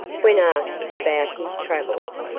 when asked about his travels,